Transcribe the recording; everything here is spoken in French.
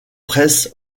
presse